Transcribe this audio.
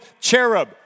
cherub